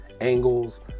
angles